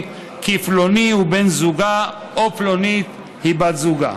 שפלוני הוא בן זוגה או פלונית היא בת זוגה.